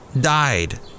died